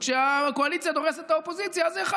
וכשהקואליציה דורסת את האופוזיציה זה לא.